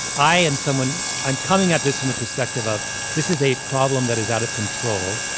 i am someone i'm coming at this in the perspective of this is a problem that is out of control,